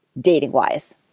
dating-wise